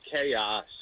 chaos